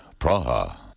Praha